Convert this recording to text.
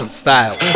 style